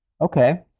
Okay